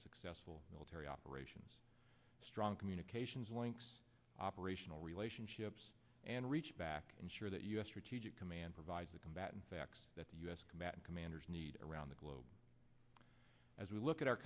successful military operations strong communications links operational relationships and reach back ensure that u s reteaching command provides the combat and facts that the u s combat commanders need around the globe as we look at our